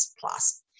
plus